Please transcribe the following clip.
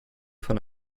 von